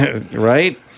Right